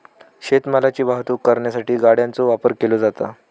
शेत मालाची वाहतूक करण्यासाठी गाड्यांचो वापर केलो जाता